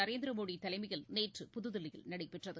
நரேந்திர மோடி தலைமையில் நேற்று புதுதில்லியில் நடைபெற்றது